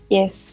Yes